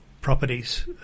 properties